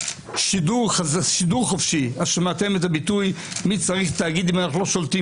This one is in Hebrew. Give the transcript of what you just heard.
שידור חופשי שמעתם את הביטוי: "מי צריך תאגיד אם אנחנו לא שולטים